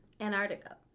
Antarctica